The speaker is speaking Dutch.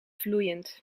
vloeiend